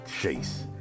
Chase